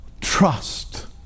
trust